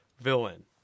villain